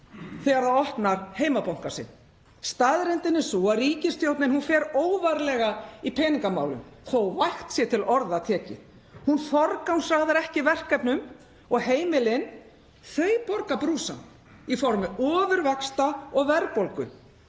þegar það opnar heimabankann sinn. Staðreyndin er sú að ríkisstjórnin fer óvarlega í efnahagsmálum, svo vægt sé til orða tekið. Hún forgangsraðar ekki verkefnum og heimilin borga brúsann í formi ofurvaxta og verðbólgu.